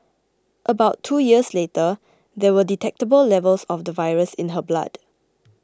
about two years later there were detectable levels of the virus in her blood